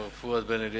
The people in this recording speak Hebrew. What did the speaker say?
מר פואד בן-אליעזר,